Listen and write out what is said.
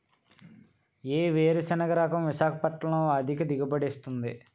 ఏ వేరుసెనగ రకం విశాఖపట్నం లో అధిక దిగుబడి ఇస్తుంది?